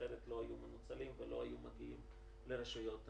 שאחרת לא היו מנוצלים ולא היו מגיעים לרשויות המגזר.